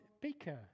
baker